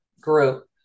group